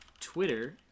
twitter